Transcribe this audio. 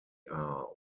are